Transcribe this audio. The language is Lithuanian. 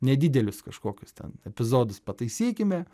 nedidelius kažkokius ten epizodus pataisykime